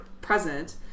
present